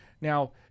Now